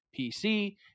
pc